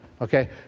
Okay